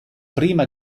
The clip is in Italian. prima